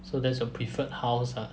so that's your preferred house ah